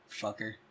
fucker